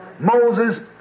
Moses